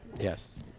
Yes